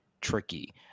tricky